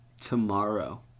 tomorrow